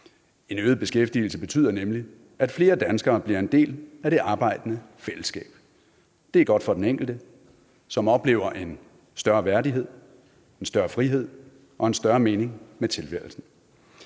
En øget beskæftigelse betyder nemlig, at flere danskere bliver en del af det arbejdende fællesskab. Det er godt for den enkelte, som oplever en større værdighed, en større frihed og en større mening med tilværelsen.